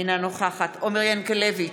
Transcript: אינה נוכחת עומר ינקלביץ'